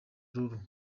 lulu